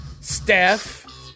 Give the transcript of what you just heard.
Steph